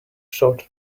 short